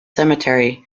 cemetery